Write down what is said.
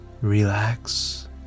Relax